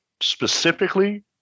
specifically